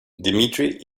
dmitry